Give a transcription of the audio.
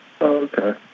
Okay